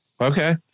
Okay